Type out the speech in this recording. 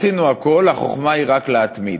עשינו הכול, החוכמה היא רק להתמיד.